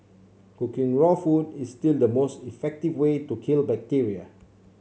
cooking raw food is still the most effective way to kill bacteria